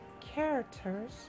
characters